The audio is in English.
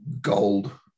gold